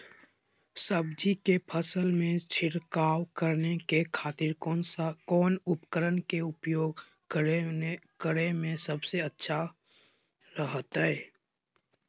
सब्जी के फसल में छिड़काव करे के खातिर कौन उपकरण के उपयोग करें में सबसे अच्छा रहतय?